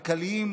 כלכליים,